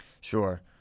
Sure